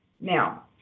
Now